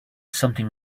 something